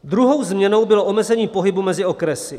Druhou změnou bylo omezení pohybu mezi okresy.